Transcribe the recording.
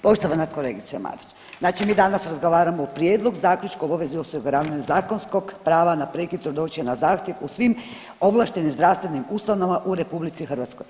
Poštovana kolegice Marić, znači mi danas razgovaramo o Prijedlogu Zaključka o obavezi osiguravanja zakonskog prava na prekid trudnoće na zahtjev u svim ovlaštenim zdravstvenim ustanovama u RH.